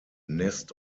nest